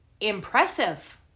impressive